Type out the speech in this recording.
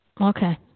Okay